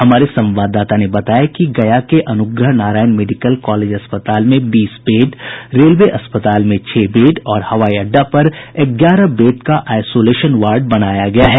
हमारे संवाददाता ने बताया कि गया के अनुग्रह नारायण मेडिकल कालेज अस्पताल में बीस बेड रेलवे अस्पताल में छह बेड और हवाई अड्डा पर ग्यारह बेड का आइसोलेशन वार्ड बनाया गया है